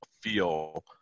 feel